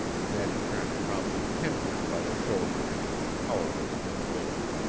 ned trent promptly pinned him by the shoulder into powerless immobility.